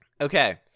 Okay